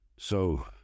So